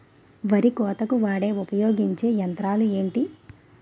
వరి కోతకు వాడే ఉపయోగించే యంత్రాలు ఏంటి?